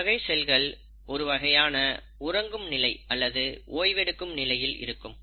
இந்த வகை செல்கள் ஒருவகையான உறங்கும் நிலை அல்லது ஓய்வெடுக்கும் நிலையில் இருக்கும்